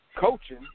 coaching